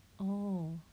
oh